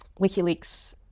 WikiLeaks